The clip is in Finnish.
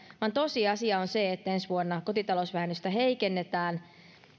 vaan tosiasia on se että ensi vuonna kotitalousvähennystä heikennetään